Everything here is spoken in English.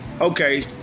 Okay